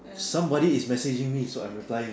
somebody is messaging me so I'm replying